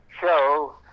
show